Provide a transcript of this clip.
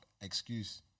excuse